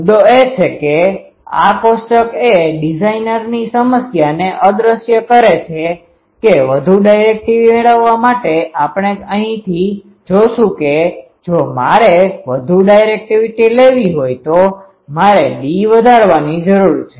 મુદ્દો એ છે કે આ કોષ્ટક એ ડિઝાઇનરની સમસ્યાને અદ્રશ્ય કરે છે કે વધુ ડાયરેક્ટિવિટી મેળવવા માટે આપણે અહીંથી જોશું કે જો મારે વધુ ડાયરેક્ટિવિટી લેવી હોય તો મારે d વધારવાની જરૂર છે